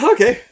Okay